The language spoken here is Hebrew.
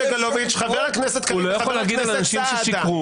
הוא לא יכול להגיד על אנשים ששיקרו,